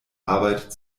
arbeit